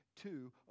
two